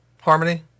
harmony